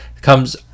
comes